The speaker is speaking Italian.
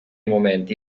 momenti